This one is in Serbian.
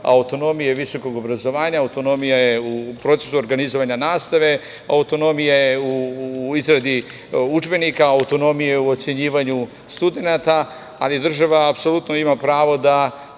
autonomije visokog obrazovanja. Autonomija je u procesu organizovanja nastave, autonomija je u izradi udžbenika, autonomija je u ocenjivanju studenata, ali država apsolutno ima pravo da